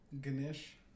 Ganesh